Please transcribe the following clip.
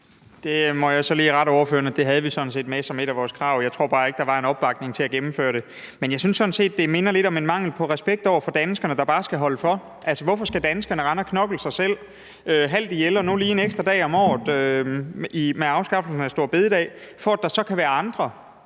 Der må jeg så lige rette ordføreren. Det havde vi sådan set med som et af vores krav. Jeg tror bare ikke, der var en opbakning til at gennemføre det. Men jeg synes sådan set, det minder lidt om en mangel på respekt over for danskerne, der bare skal holde for. Altså, hvorfor skal danskerne rende og knokle sig selv halvt ihjel og nu lige en ekstra dag om året med afskaffelsen af store bededag, for at der så kan være andre,